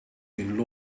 been